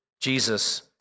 Jesus